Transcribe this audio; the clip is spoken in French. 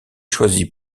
choisi